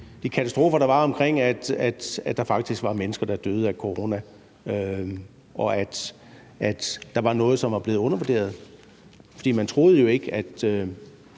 de katastrofer, der var, i forhold til at der faktisk var mennesker, der døde af corona, og at der var noget, som var blevet undervurderet. For man troede jo ikke, at